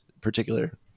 particular